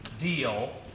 deal